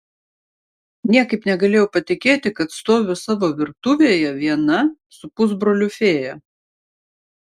niekaip negalėjau patikėti kad stoviu savo virtuvėje viena su pusbroliu fėja